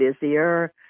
busier